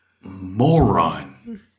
moron